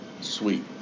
sweet